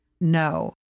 No